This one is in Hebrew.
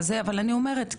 אבל אני אומרת,